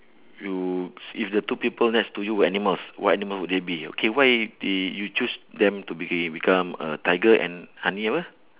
you if the two people next to you were animals what animal would they be okay why did you choose them to be become a tiger and honey what